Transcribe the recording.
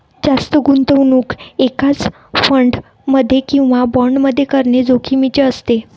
जास्त गुंतवणूक एकाच फंड मध्ये किंवा बॉण्ड मध्ये करणे जोखिमीचे असते